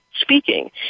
speaking